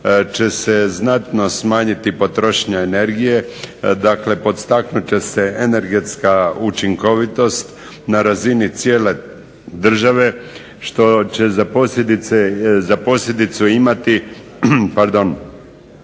će se znatno smanjiti potrošnja energije, dakle postaknut će se energetska učinkovitost na razini cijele države što će za posljedicu imati